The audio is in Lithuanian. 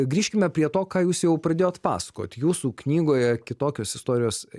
grįžkime prie to ką jūs jau pradėjot pasakot jūsų knygoje kitokios istorijos